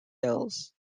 hills